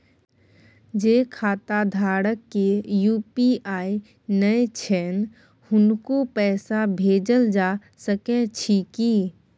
जे खाता धारक के यु.पी.आई नय छैन हुनको पैसा भेजल जा सकै छी कि?